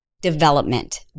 development